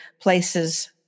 places